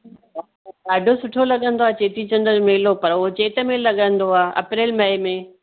ॾाढो सुठो लॻंदो आहे चेटीचंड जो मेलो पर उहो चेट में लॻंदो आहे अप्रैल मई में